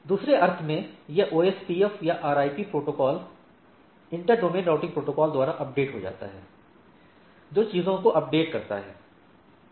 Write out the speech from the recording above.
दूसरे अर्थ में यह ओएसपीएफ या RIP protocol inter domain routing protocol द्वारा अपडेट हो जाता है जो चीजों को अपडेट करता है